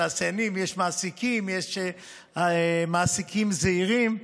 יש תעשיינים, יש מעסיקים, יש מעסיקים זעירים.